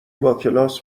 باکلاس